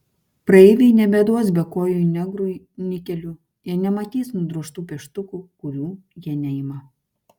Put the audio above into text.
praeiviai nebeduos bekojui negrui nikelių jie nematys nudrožtų pieštukų kurių jie neima